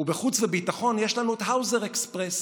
ובחוץ וביטחון יש לנו את האוזר אקספרס.